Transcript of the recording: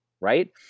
right